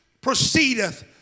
proceedeth